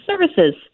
Services